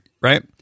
right